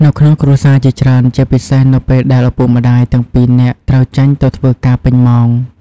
នៅក្នុងគ្រួសារជាច្រើន ជាពិសេសនៅពេលដែលឪពុកម្តាយទាំងពីរនាក់ត្រូវចេញទៅធ្វើការពេញម៉ោង។